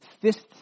Fists